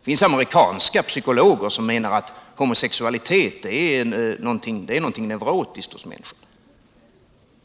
Det finns amerikanska psykologer som menar att homosexualitet är någonting neurotiskt hos människorna.